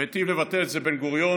היטיב לבטא את זה בן-גוריון,